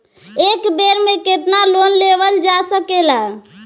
एक बेर में केतना लोन लेवल जा सकेला?